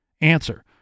Answer